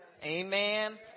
Amen